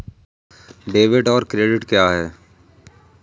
Debit और credit क्या है?